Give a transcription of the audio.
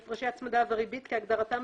הפרשי הצמדה וריבית כהגדרתם